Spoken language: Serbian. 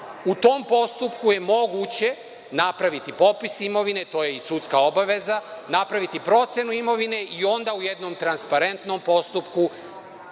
U tom postupku je moguće napraviti popis imovine, to je sudska obaveza, napraviti procenu imovine i onda u jednom transparentnom postupku